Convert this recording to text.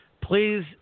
Please